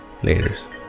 Laters